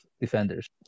defenders